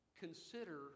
consider